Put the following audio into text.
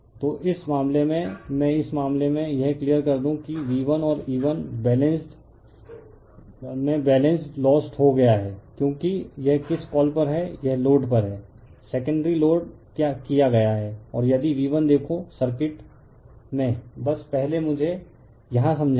तो इस मामले में मैं इस मामले में यह क्लियर कर दूं कि V1 और E1 बैलेंस लॉस्ट हो गया है क्योंकि यह किस कॉल पर है यह लोड पर है सेकेंडरी साइड लोड किया गया है और यदि V1 देखो सर्किट बस पहले मुझे यहां समझाएं